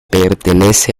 pertenece